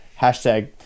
hashtag